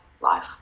life